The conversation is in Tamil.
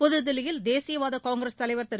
புதுதில்லியில் தேசியவாத காங்கிரஸ் தலைவர் திரு